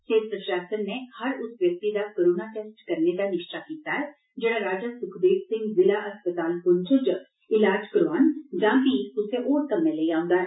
सेहत प्रषासन नै हर उस व्यक्ति दा कोरोना टेस्ट करने दा निष्चय कीता ऐ जेड़ा राजा सुखदेव सिंह जिला अस्पताल पुंछ च इलाज करोआन जां फीह कुसै होर कम्मै लेई औंदा ऐ